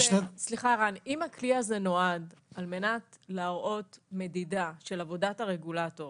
אם הכלי זה נועד על מנת להראות מדידה של עבודת הרגולטור